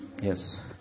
Yes